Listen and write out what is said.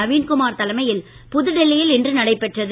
நவீன்குமார் தலைமையில் புதுடில்லியில் இன்று நடைபெற்றது